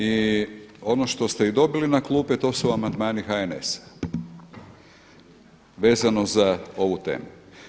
I ono što ste i dobili na klupe to su amandmani HNS-a vezano za ovu temu.